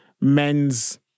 men's